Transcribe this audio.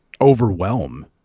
overwhelm